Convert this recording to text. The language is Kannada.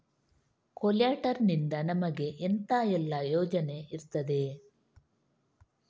ಕೊಲ್ಯಟರ್ ನಿಂದ ನಮಗೆ ಎಂತ ಎಲ್ಲಾ ಪ್ರಯೋಜನ ಇರ್ತದೆ?